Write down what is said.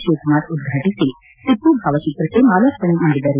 ಶಿವಕುಮಾರ್ ಉದ್ರಾಟಿಸಿ ಟಿಪ್ಪು ಭಾವಚಿತ್ರಕ್ಷೆ ಮಾಲಾರ್ಪಣೆ ಮಾಡಿದರು